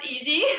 easy